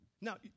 Now